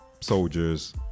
soldiers